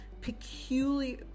peculiar